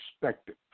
perspective